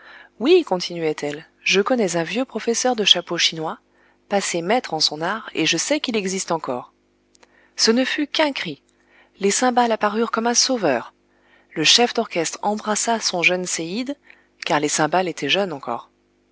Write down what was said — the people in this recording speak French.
oui continuaient elles je connais un vieux professeur de chapeau chinois passé maître en son art et je sais qu'il existe encore ce ne fut qu'un cri les cymbales apparurent comme un sauveur le chef d'orchestre embrassa son jeune séide car les